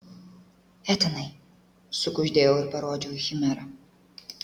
etanai sukuždėjau ir parodžiau į chimerą